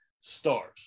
stars